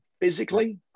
physically